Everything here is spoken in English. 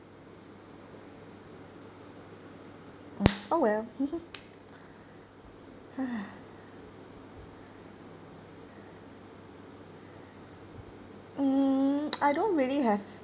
oh well mm I don't really have